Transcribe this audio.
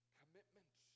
commitment